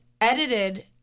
edited